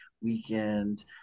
weekend